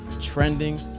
trending